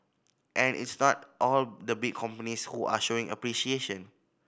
and it's not all the big companies who are showing appreciation